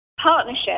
partnership